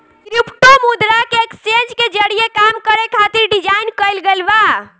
crypto मुद्रा के exchange के जरिए काम करे खातिर डिजाइन कईल गईल बा